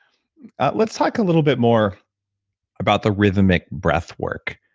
let's talk a little bit more about the rhythmic breath work.